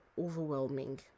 overwhelming